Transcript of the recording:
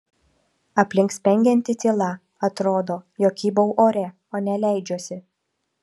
aplink spengianti tyla atrodo jog kybau ore o ne leidžiuosi